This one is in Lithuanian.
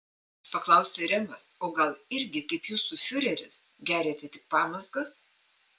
paklausė remas o gal irgi kaip jūsų fiureris geriate tik pamazgas